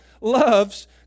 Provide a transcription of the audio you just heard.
loves